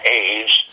age